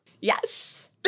Yes